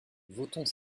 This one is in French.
votons